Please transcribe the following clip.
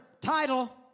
title